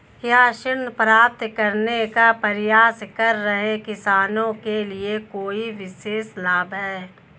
क्या ऋण प्राप्त करने का प्रयास कर रहे किसानों के लिए कोई विशेष लाभ हैं?